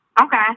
Okay